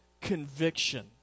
conviction